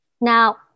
Now